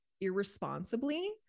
irresponsibly